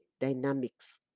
dynamics